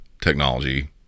technology